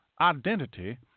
identity